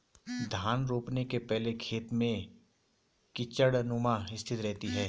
धान रोपने के पहले खेत में कीचड़नुमा स्थिति रहती है